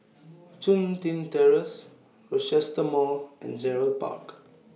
Chun Tin Terrace Rochester Mall and Gerald Park